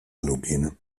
halogene